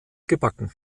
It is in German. gebacken